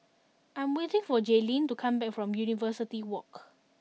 I am waiting for Jaelyn to come back from University Walk